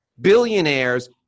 billionaires